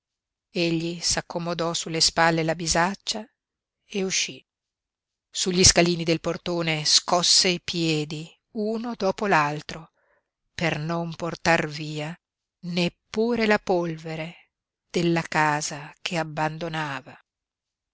tua egli s'accomodò sulle spalle la bisaccia e uscí sugli scalini del portone scosse i piedi uno dopo l'altro per non portar via neppure la polvere della casa che abbandonava